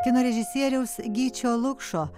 kino režisieriaus gyčio lukšo